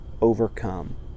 overcome